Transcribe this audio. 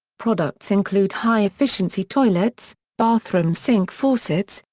products include high-efficiency toilets, bathroom sink faucets,